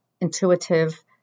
intuitive